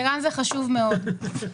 חירן זה חשוב מאוד.